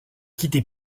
quitter